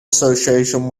association